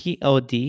POD